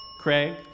Craig